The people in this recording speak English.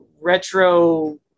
retro